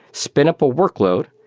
spin up a workload,